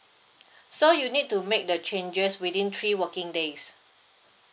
so you need to make the changes within three working days